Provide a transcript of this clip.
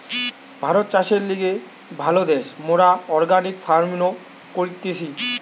ভারত চাষের লিগে ভালো দ্যাশ, মোরা অর্গানিক ফার্মিনো করতেছি